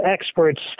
experts